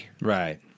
Right